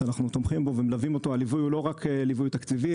שאנחנו תומכים בו ומלווים אותו הליווי הוא לא רק ליווי תקציבי,